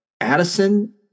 Addison